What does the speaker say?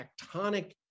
tectonic